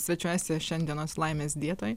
svečiuojasi šiandienos laimės dietoj